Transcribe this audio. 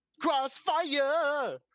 crossfire